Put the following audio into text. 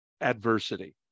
adversity